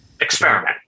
Experiment